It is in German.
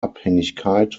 abhängigkeit